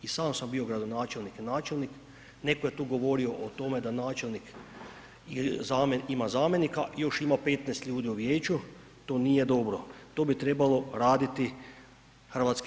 I sam sam bio gradonačelnik i načelnik, neko je tu govorio o tome da načelnik ima zamjenika i još ima 15 ljudi u vijeću, to nije dobro, to bi trebalo raditi HS.